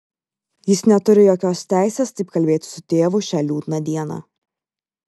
jis neturi jokios teisės taip kalbėti su tėvu šią liūdną dieną